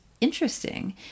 interesting